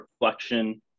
reflection